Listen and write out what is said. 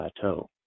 plateau